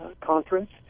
conference